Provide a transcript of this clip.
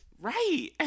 Right